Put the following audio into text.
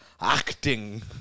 acting